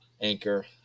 Anchor